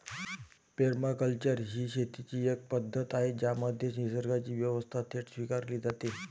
permaculture ही शेतीची एक पद्धत आहे ज्यामध्ये निसर्गाची व्यवस्था थेट स्वीकारली जाते